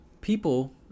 people